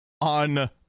on